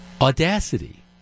audacity